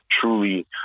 truly